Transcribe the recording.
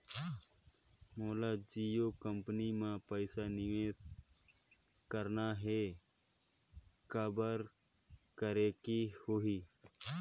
मोला जियो कंपनी मां पइसा निवेश करना हे, काबर करेके होही?